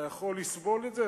אתה יכול לסבול את זה?